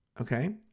Okay